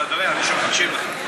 לא, אני מקשיב לך.